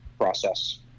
process